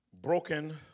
Broken